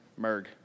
Merg